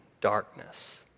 darkness